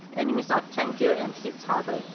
enemies are tankier and hits harder,